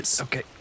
Okay